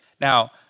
Now